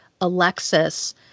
Alexis